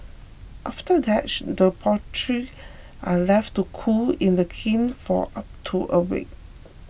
after that the pottery are left to cool in the kiln for up to a week